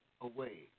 away